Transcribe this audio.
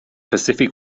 pacific